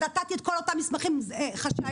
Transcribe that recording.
נתתי את כל אותם מסמכים חשאיים,